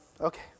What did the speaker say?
okay